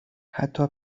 حتی